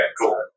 Cool